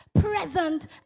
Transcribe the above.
present